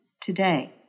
today